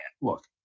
look